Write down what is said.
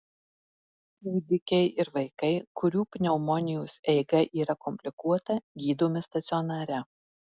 kūdikiai ir vaikai kurių pneumonijos eiga yra komplikuota gydomi stacionare